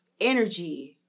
energy